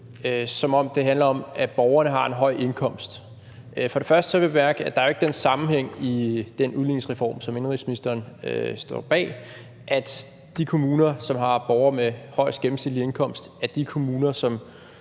som om det handler om, at borgerne har en høj indkomst. For det første vil jeg bemærke, at der jo ikke er den sammenhæng i den udligningsreform, som indenrigsministeren står bag, at de kommuner, som har borgere med den højeste gennemsnitlige indkomst, er de kommuner, som